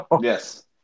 Yes